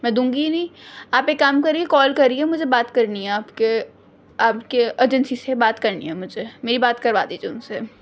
میں دوں گی ہی نہیں آپ ایک کام کریے کال کریے مجھے بات کرنی ہے آپ کے آپ کے ایجنسی سے بات کرنی ہے مجھے میری بات کروا دیجیے ان سے